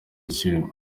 igiciro